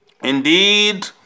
Indeed